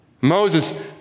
Moses